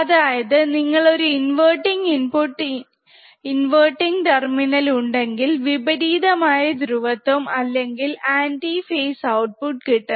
അതായത് നിങ്ങൾക്ക് ഒരു ഇൻവെർട്ടിങ് ഇന്പുട്ട് ഇൻവെർട്ടിങ്ടെർമിനൽ ഉണ്ടെങ്കിൽ വിപരീതമായ ധ്രുവത്വം അല്ലെങ്കിൽ ആൻറി ഫെയ്സ് ഔട്ട്പുട്ട് കിട്ടും